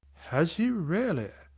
has he really?